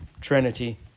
Trinity